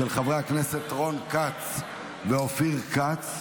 של חברי הכנסת רון כץ ואופיר כץ.